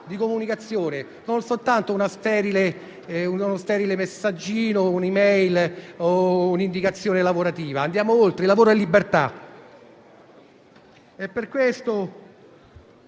di comunicazione, non soltanto uno sterile messaggino, una *e-mail*, un'indicazione lavorativa, ma andiamo oltre: il lavoro è libertà.